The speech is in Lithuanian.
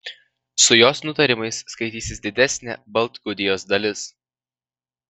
su jos nutarimais skaitysis didesnė baltgudijos dalis